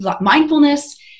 mindfulness